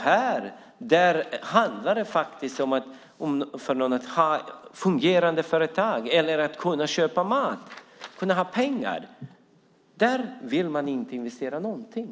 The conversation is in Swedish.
Här handlar det om att människor ska kunna ha fungerande företag, köpa mat och kunna ha pengar. Då vill man inte investera någonting.